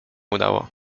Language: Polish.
udało